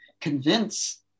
convince